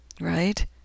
Right